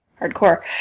Hardcore